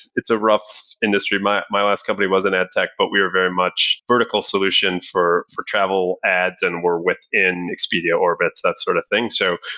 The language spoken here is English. it's a rough industry. my my last company was an ad tech, but we're very much vertical solution for for travel ads and we're within expedia orbits, that sort of thing. so,